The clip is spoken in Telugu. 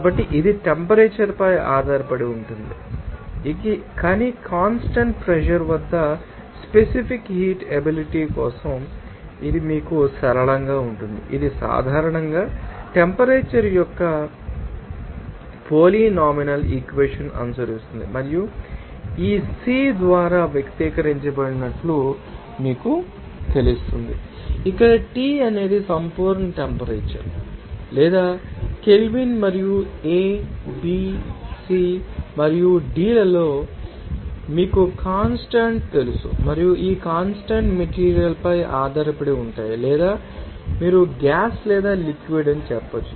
కాబట్టి ఇది టెంపరేచర్ పై ఆధారపడి ఉంటుందని మీకు తెలుసు కాని కాన్స్టాంట్ ప్రెషర్ వద్ద స్పెసిఫిక్ హీట్ ఎబిలిటీ కోసం ఇది మీకు సరళంగా ఉంటుంది ఇది సాధారణంగా టెంపరేచర్ యొక్క పోలీనామినల్ ఇక్వెషన్ అనుసరిస్తుంది మరియు ఈ CP ద్వారా వ్యక్తీకరించబడినట్లు మీకు తెలుస్తుంది ఇక్కడ T అనేది సంపూర్ణ టెంపరేచర్ లేదా కెల్విన్ మరియు a b c మరియు d లలో మీకు కాన్స్టాంట్ తెలుసు మరియు ఈ కాన్స్టాంట్ మెటీరియల్ పై ఆధారపడి ఉంటాయి లేదా మీరు గ్యాస్ లేదా లిక్విడ్ ం అని చెప్పవచ్చు